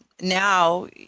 now